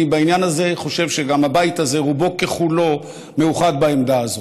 בעניין הזה אני חושב שגם הבית הזה רובו ככולו מאוחד בעמדה הזאת.